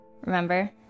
remember